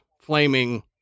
flaming